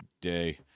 day